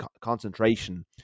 concentration